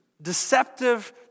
deceptive